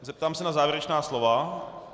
Zeptám se na závěrečná slova?